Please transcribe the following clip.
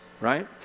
right